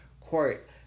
court